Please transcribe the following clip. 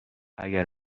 اگر